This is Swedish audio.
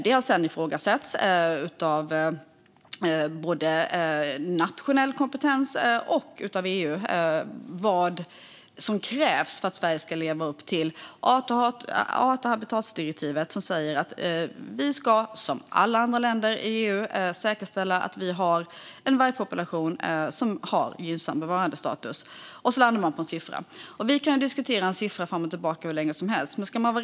Det har sedan ifrågasatts, både av nationell kompetens och av EU, vad som krävs för att Sverige ska leva upp till art och habitatdirektivet, som säger att vi som alla andra länder i EU ska säkerställa att vi har en vargpopulation som har gynnsam bevarandestatus - och så landar man på en siffra. Vi kan diskutera siffran fram och tillbaka hur länge som helst.